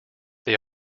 they